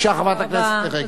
בבקשה, חברת הכנסת מירי רגב.